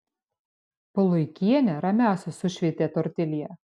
puluikienė ramiausiai sušveitė tortilją